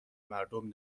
مردم